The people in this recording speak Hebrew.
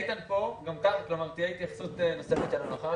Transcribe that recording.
איתן פה, כלומר, תהיה התייחסות נוספת שלנו.